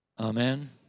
Amen